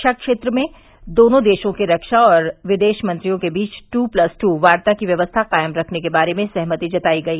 खा क्षेत्र में दोनों देशों के खा और विदेश मंत्रियों के बीच टू प्लस टू वार्ता की व्यवस्था कायम करने के बारे में सहमति जताई गई